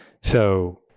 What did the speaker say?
So-